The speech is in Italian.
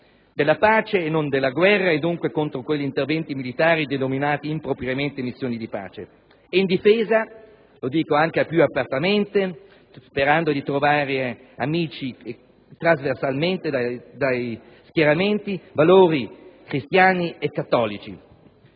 della pace e non della guerra e dunque contro quegli interventi militari denominati impropriamente missioni di pace e in difesa (lo dico anche più apertamente, sperando di trovare amici trasversalmente tra gli schieramenti) dei valori cristiani e cattolici.